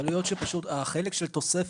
יכול להיות שהחלק של תוספת,